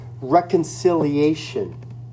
reconciliation